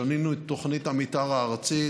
שינינו את תוכנית המתאר הארצית.